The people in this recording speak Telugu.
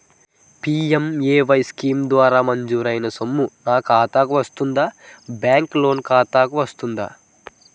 పి.ఎం.ఎ.వై స్కీమ్ ద్వారా మంజూరైన సొమ్ము నా ఖాతా కు వస్తుందాబ్యాంకు లోన్ ఖాతాకు వస్తుందా?